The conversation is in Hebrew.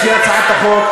לפי הצעת החוק,